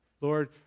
Lord